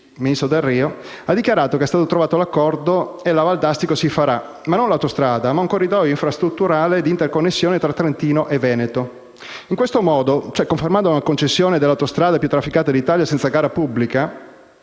ha dichiarato che è stato trovato l'accordo e che la Valdastico si farà, ma non l'autostrada, bensì un corridoio infrastrutturale di interconnessione tra il Trentino e il Veneto. In questo modo, confermando la concessione dell'autostrada più trafficata d'Italia senza gara pubblica,